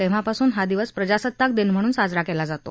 तेव्हापासून हा दिवस प्रजासत्ताक दिन म्हणून साजरा केला जातो